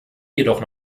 jedoch